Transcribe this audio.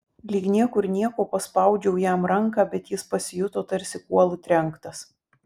lyg niekur nieko paspaudžiau jam ranką bet jis pasijuto tarsi kuolu trenktas